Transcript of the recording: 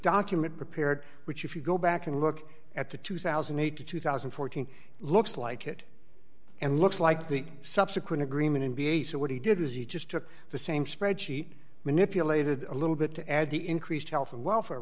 document prepared which if you go back and look at the two thousand and eight to two thousand and fourteen looks like it and looks like the subsequent agreement n b a so what he did was he just took the same spreadsheet manipulated a little bit to add the increased health and welfare